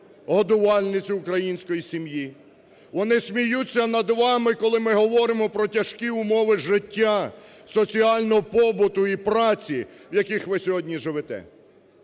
годувальницю української сім'ї, вони сміються над вами, коли ми говоримо про тяжкі умови життя, соціального побуту і праці, в яких ви сьогодні живете.